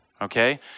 okay